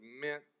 meant